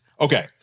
okay